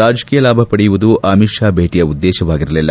ರಾಜಕೀಯ ಲಾಭ ಪಡೆಯುವುದು ಅಮಿತ್ ಷಾ ಭೇಟಿಯ ಉದ್ದೇಶವಾಗಿರಲಿಲ್ಲ